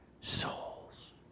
souls